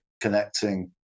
connecting